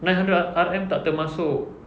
nine hundred R_M tak termasuk